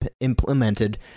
implemented